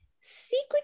secret